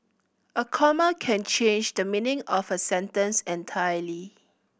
a comma can change the meaning of a sentence entirely